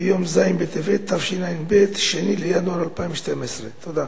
ביום ז' בטבת תשע"ב, 2 בינואר 2012. תודה.